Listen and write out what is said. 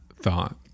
thought